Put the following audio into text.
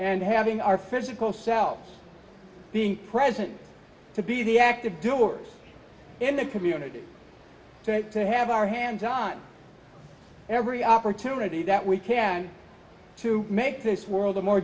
and having our physical selves being present to be the active doers in the community to have our hands on every opportunity that we can to make this world a more